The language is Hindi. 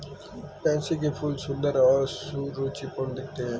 पैंसी के फूल सुंदर और सुरुचिपूर्ण दिखते हैं